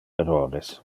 errores